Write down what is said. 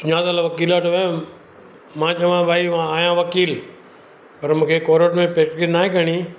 सुञातल वकील वटि वयुमि मां चयोमासि भाई मां आहियां वकील पर मूंखे कोरट में प्रेक्टिस न आहे करिणी